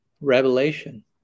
revelation